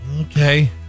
Okay